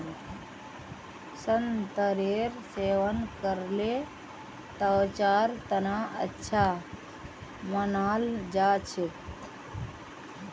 संतरेर सेवन करले त्वचार तना अच्छा मानाल जा छेक